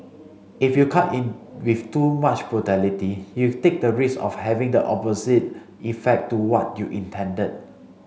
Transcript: if you cut in with too much brutality you take the risk of having the opposite effect to what you intended